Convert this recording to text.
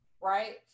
right